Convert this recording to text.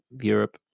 Europe